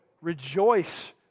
rejoice